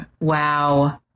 Wow